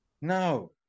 No